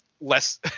less